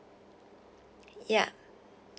ya